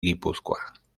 guipúzcoa